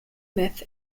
myth